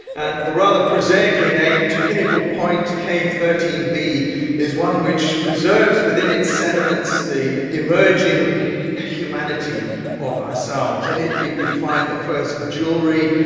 and the rather prosaically named pinnacle point cave thirteen b is one which preserves within its sediments the emerging humanity of ourselves. in it you can find the first jewellery,